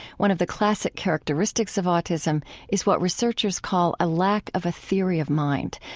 one of the classic characteristics of autism is what researchers call a lack of a theory of mind,